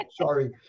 sorry